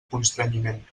constrenyiment